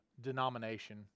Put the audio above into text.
denomination